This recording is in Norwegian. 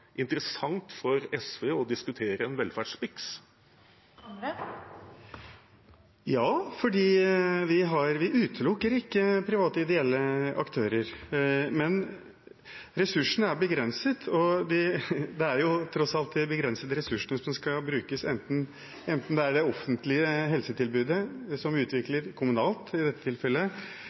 interessant for SV å diskutere en velferdsmiks? Ja. Vi utelukker ikke private ideelle aktører, men ressursene er begrenset, og det er tross alt de begrensede ressursene som skal brukes, enten det er i det offentlige helsetilbudet som utvikles kommunalt, i dette tilfellet,